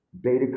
beta